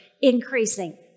increasing